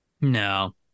No